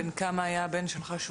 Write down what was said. בן כמה הבן שלך?